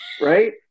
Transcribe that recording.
Right